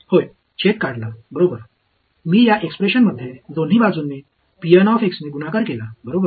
होय छेद काढला बरोबर मी या एक्सप्रेशनमध्ये दोन्ही बाजूंनी ने गुणाकार केला बरोबर